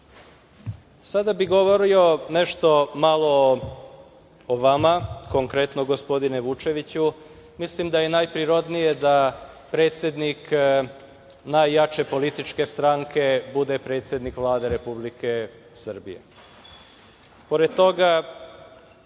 bih govorio nešto malo o vama. Konkretno, gospodine Vučeviću, mislim da je najprirodnije da predsednik najjače političke stranke bude predsednik Vlade Republike Srbije.